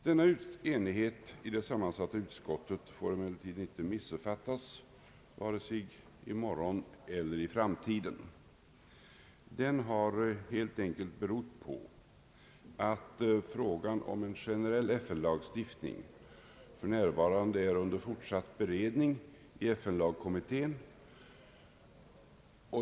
Denna enighet i det sammansatta utrikesoch första lagutskottets utlåtande får emellertid inte missuppfattas, vare sig i morgon eller i framtiden. Den har helt enkelt berott på att frågan om en generell FN-lagstiftning för närvarande är under fortsatt beredning i FN-lagkommittén.